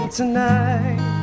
tonight